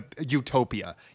utopia